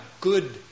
good